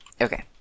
Okay